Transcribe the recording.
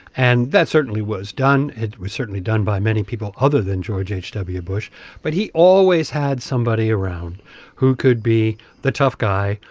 and that certainly was done it was certainly done by many people other than george h w. bush but he always had somebody around who could be the tough guy,